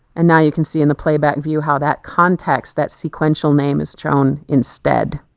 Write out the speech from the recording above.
and now you can see in the playback view how that context that sequential name is joan instead.